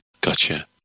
gotcha